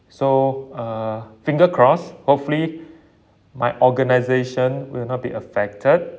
so uh finger cross hopefully my organisation will not be affected